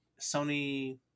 Sony